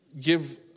give